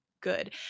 good